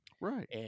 right